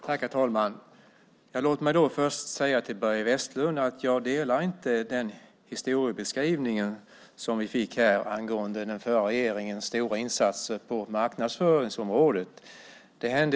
Herr talman! Låt mig först säga till Börje Vestlund att jag inte delar den historiebeskrivning som vi fick angående den förra regeringens stora insatser på marknadsföringsområdet.